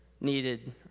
needed